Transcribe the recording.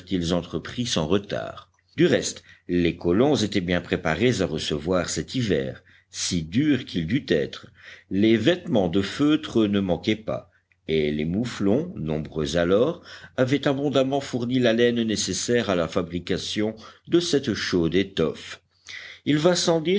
entrepris sans retard du reste les colons étaient bien préparés à recevoir cet hiver si dur qu'il dût être les vêtements de feutre ne manquaient pas et les mouflons nombreux alors avaient abondamment fourni la laine nécessaire à la fabrication de cette chaude étoffe il va